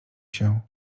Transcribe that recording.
się